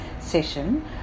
session